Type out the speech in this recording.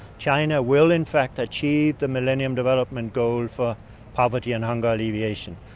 china will in fact achieve the millennium development goal for poverty and hunger alleviation.